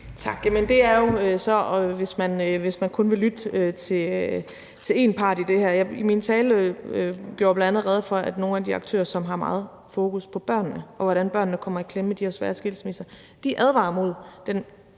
Tak. Men det er jo så, hvis man kun vil lytte til en part i det her. I min tale gjorde jeg bl.a. rede for, at nogle af de aktører, som har meget fokus på børnene, og hvordan børnene kommer i klemme i de her svære skilsmisser, advarer mod den